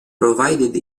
provided